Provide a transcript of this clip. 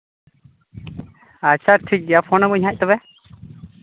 ᱟᱪᱪᱷᱟ ᱴᱷᱤᱠ ᱜᱮᱭᱟ ᱯᱷᱳᱱᱟᱢᱟᱧ ᱦᱟᱸᱜ ᱛᱚᱵᱮ